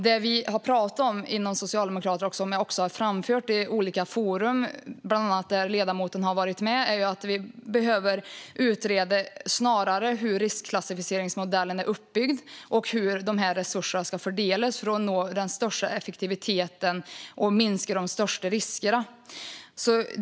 Det vi har pratat om inom Socialdemokraterna och som jag också har framfört i olika forum, bland annat där ledamoten har varit med, är att vi snarare behöver utreda hur riskklassificeringsmodellen är uppbyggd och hur resurserna ska fördelas för att nå störst effektivitet och minska de största riskerna.